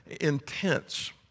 intense